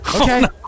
Okay